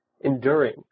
enduring